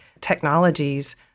technologies